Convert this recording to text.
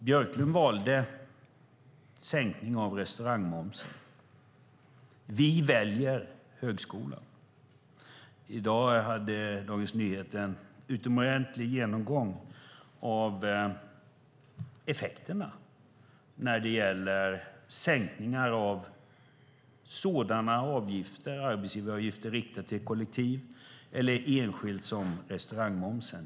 Björklund valde en sänkning av restaurangmomsen. Vi väljer högskolan. I dag hade Dagens Nyheter en utomordentlig genomgång av effekterna av sänkningar av arbetsgivaravgifterna riktat till kollektiv eller enskilt, liksom sänkningen av restaurangmomsen.